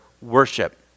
worship